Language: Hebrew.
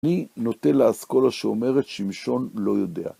אני נוטה לאסכולה שאומרת שמשון לא יודע.